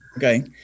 Okay